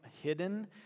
hidden